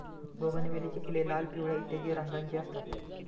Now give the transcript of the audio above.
बोगनवेलीची फुले लाल, पिवळ्या इत्यादी रंगांची असतात